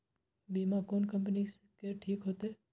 बीमा कोन कम्पनी के ठीक होते?